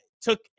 took